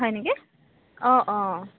হয় নেকি অঁ অঁ